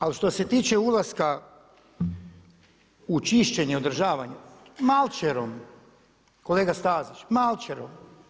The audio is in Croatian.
Ali što se tiče ulaska u čišćenje, održavanje, malčerom, kolega Stazić, malčerom.